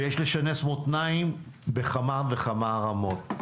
ויש לשנס מותניים בכמה וכמה רמות.